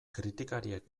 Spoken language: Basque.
kritikariek